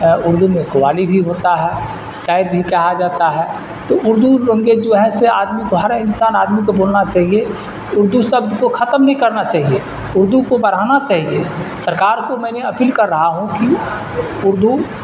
اردو میں قوالی بھی ہوتا ہے شعر بھی کہا جاتا ہے تو اردو جو ہے سے آدمی کو ہر انسان آدمی کو بولنا چاہیے اردو شبد کو ختم نہیں کرنا چاہیے اردو کو بڑھانا چاہیے سرکار کو میں نے اپیل کر رہا ہوں کہ اردو